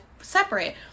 separate